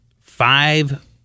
five